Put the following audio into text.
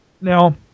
Now